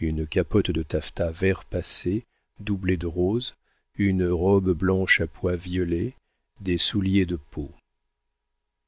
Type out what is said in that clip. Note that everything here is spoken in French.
une capote de taffetas vert passée doublée de rose une robe blanche à pois violets des souliers de peau